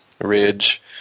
Ridge